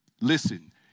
listen